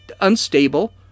unstable